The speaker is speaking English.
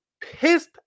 pissed